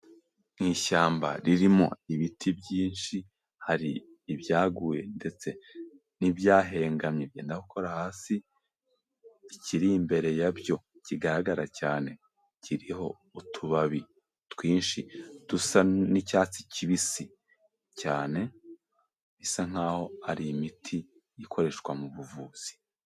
Ni ishyamba ririmo ibiti byinshi, hari ibyaguye ndetse n'ibyahengamye binakora hasi, ikiri imbere yabyo kigaragara cyane kiriho utubabi twinshi dusa nk'icyatsi kibisi cyane, bisa nkaho ari imiti ikoreshwa mu buvuzi.